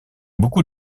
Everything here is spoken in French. beaucoup